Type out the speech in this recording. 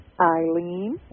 Eileen